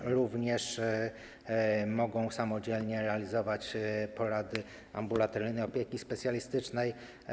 Mogą również samodzielnie realizować porady ambulatoryjnej opieki specjalistycznej.